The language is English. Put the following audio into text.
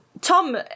Tom